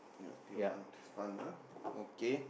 ya Tioman is fun ah okay